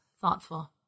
thoughtful